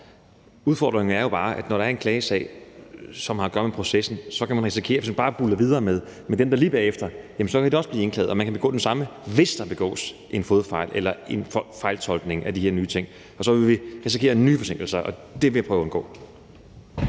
Udfordringen er jo bare, at når der er en klagesag, som har at gøre med processen, kan man risikere, hvis man bare buldrer videre med den, der kommer lige derefter, at så vil den også blive indklaget, og man kan begå den samme fodfejl, hvis der begås en fodfejl eller en fejltolkning af de her nye ting. Så vil vi risikere nye forsinkelser, og det vil jeg prøve at undgå.